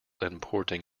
importing